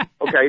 Okay